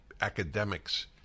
academics